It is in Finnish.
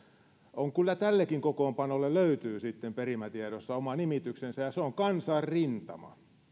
kyllä tällekin kokoonpanolle löytyy sitten perimätiedossa oma nimityksensä ja se on kansanrintama